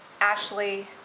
Ashley